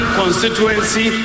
constituency